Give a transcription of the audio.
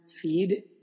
feed